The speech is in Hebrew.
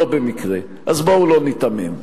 לא במקרה, אז בואו לא ניתמם.